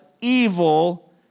evil